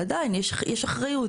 עדיין יש אחריות.